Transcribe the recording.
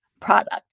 product